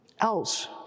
else